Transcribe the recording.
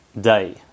day